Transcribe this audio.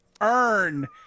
earn